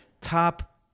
top